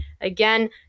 Again